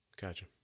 Gotcha